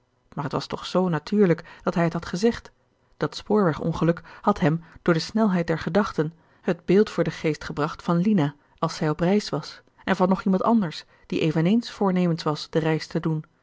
maar t was toch zoo natuurlijk dat hij het had gezegd dat spoorwegongeluk had hem door de snelheid der gedachten het beeld voor den geest gebracht van lina als zij op reis was en van nog iemand anders die eveneens voornemens was de reis te doen